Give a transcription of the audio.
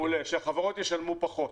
מעולה, שהחברות ישלמו פחות.